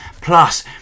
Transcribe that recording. Plus